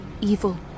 evil